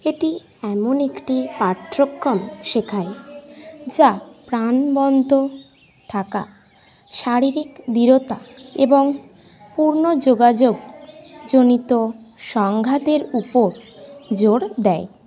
এটি এমন একটি পাঠ্যক্রম শেখায় যা প্রাণবন্ত থাকা শারীরিক দৃঢ়তা এবং পূর্ণ যোগাযোগজনিত সংঘাতের উপর জোর দেয়